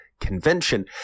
convention